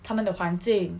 他们的环境